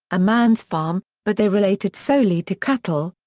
a man's farm, but they related solely to cattle,